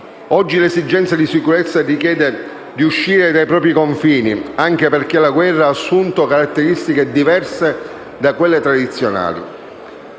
Oggi l'esigenza di sicurezza richiede di uscire dai propri confini, anche perché la guerra ha assunto caratteristiche diverse da quelle tradizionali.